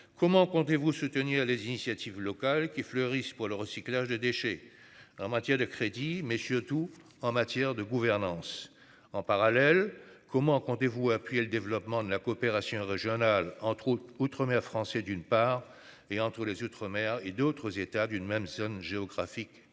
comment comptez-vous soutenir les initiatives locales qui fleurissent pour le recyclage de déchets en matière de crédit messieurs tout en matière de gouvernance. En parallèle, comment comptez-vous appuyer le développement de la coopération régionale entre août outre-mer français d'une part, et entre les Outre-mer et d'autres États d'une même zone géographique.